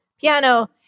Piano